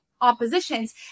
oppositions